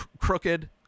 crooked